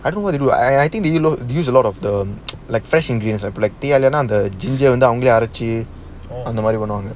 I don't know what they do I I think they use a lot of the like fresh ingredients like teh halia the ginger அவங்களேஅரைச்சிஅந்தமாதிரிபண்ணுவாங்க:avankale arachi antha mathiri pannuvaanka